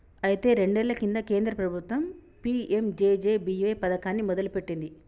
అయితే రెండేళ్ల కింద కేంద్ర ప్రభుత్వం పీ.ఎం.జే.జే.బి.వై పథకాన్ని మొదలుపెట్టింది